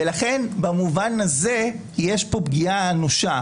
לכן במובן הזה יש פה פגיעה אנושה,